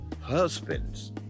husbands